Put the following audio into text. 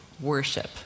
worship